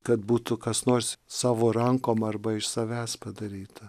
kad būtų kas nors savo rankom arba iš savęs padaryta